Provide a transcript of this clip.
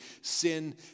sin